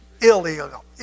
illegal